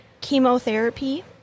chemotherapy